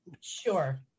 Sure